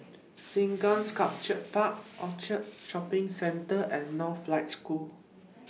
Sengkang Sculpture Park Orchard Shopping Centre and Northlight School